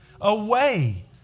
away